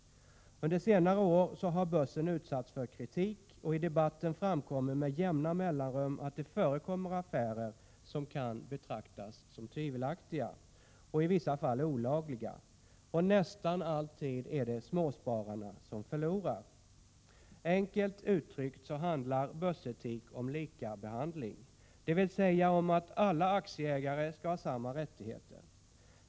Under senare år har börsen utsatts för kritik, och i debatten framkommer med jämna mellanrum att det förekommer affärer som kan betraktas som tvivelaktiga och i vissa fall olagliga. Och nästan alltid är det småspararna som förlorar. Enkelt uttryckt handlar börsetik om likabehandling, dvs. om att alla aktieägare skall ha samma rättigheter.